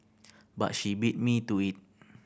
but she beat me to it